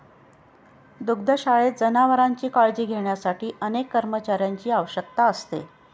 दुग्धशाळेत जनावरांची काळजी घेण्यासाठी अनेक कर्मचाऱ्यांची आवश्यकता असते